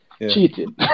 Cheating